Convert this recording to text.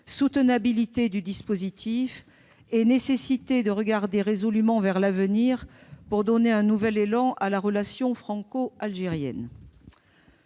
soutenabilité du dispositif et nécessité de regarder résolument vers l'avenir, pour donner un nouvel élan à la relation franco-algérienne.